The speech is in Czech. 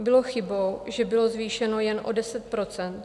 Bylo chybou, že bylo zvýšeno jen o 10 %.